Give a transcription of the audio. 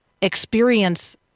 experience